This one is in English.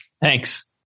Thanks